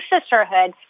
sisterhood